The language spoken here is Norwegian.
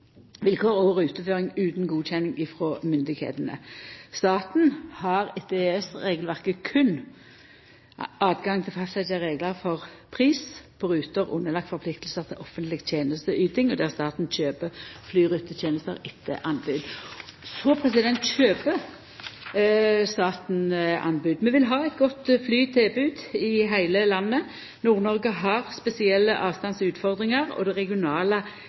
vilkår og ruteføring, utan godkjenning frå myndigheitene. Staten har etter EØS-regelverket berre høve til å fastsetja reglar for pris på ruter som er underlagde forpliktingar til offentleg tenesteyting, og der staten kjøper flytenester etter anbod. Så kjøper staten anbod. Vi vil ha eit godt flytilbod i heile landet. Nord-Noreg har spesielle avstandsutfordringar, og det regionale